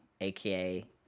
aka